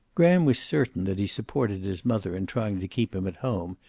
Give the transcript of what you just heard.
graham was certain that he supported his mother in trying to keep him at home,